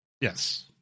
yes